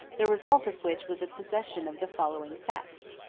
the result of which was the possession of the following facts.